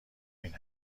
این